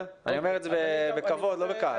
אני אומר את זה בכבוד ולא בכעס.